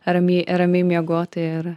ramiai ramiai miegot ir